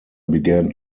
began